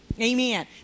Amen